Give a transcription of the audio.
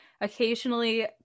occasionally